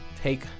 take